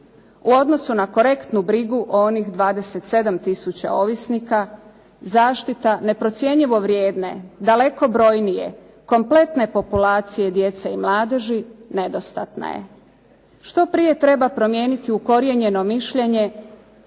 U odnosu na korektnu brigu o onih 27 tisuća ovisnika, zaštita neprocjenjivo vrijedne, daleko brojnije, kompletne populacije djece i mladeži nedostatna je. Što prije treba promijeniti ukorijenjeno mišljenje